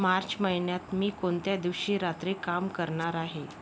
मार्च महिन्यात मी कोणत्या दिवशी रात्री काम करणार आहे